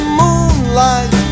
moonlight